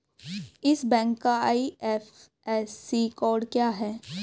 इस बैंक का IFSC code क्या है?